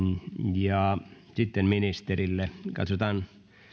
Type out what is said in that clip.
ja sitten ministerille katsotaan